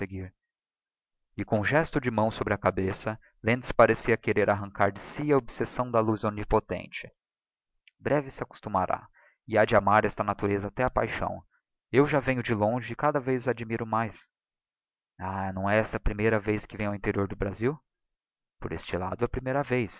e com um gesto de mão sobre a cabeça lentz parecia querer arrancar de si a obsessão da luz omnipotente breve se acostumiará e ha de amar esta natureza até á paixão eu já venho de longe e cada vez a admiro mais ah não é esta a primeira vez que vem ao interior do brasil por este lado é a primeira vez